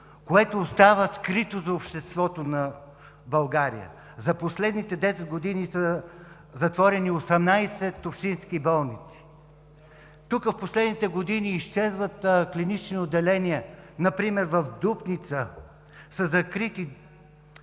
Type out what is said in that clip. което остава скрито за обществото на България. За последните 10 години са затворени 18 общински болници, в последните години изчезват клинични отделения. Например в Дупница са закрити: